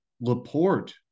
LaPorte